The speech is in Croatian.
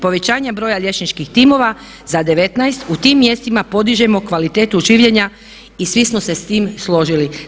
Povećanjem broja liječničkih timova za 19 u tim mjestima podižemo kvalitetu življenja i svi smo se s tim složili.